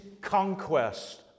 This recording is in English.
conquest